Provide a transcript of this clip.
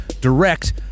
direct